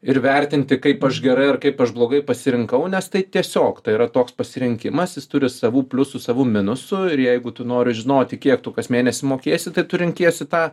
ir vertinti kaip aš gerai ar kaip aš blogai pasirinkau nes tai tiesiog yra toks pasirinkimas jis turi savų pliusų savų minusų ir jeigu tu nori žinoti kiek tu kas mėnesį mokėsi tai tu renkiesi tą